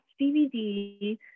DVD